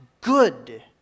good